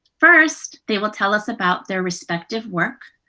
first, they will tell us about their respective work.